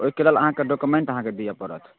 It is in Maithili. ओहिके लेल अहाँके डोकुमेन्ट अहाँके दिअऽ पड़त